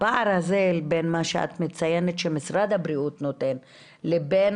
הפער הזה בין מה שאת מציינת שמשרד הבריאות נותן לבין